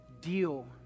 deal